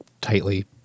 tightly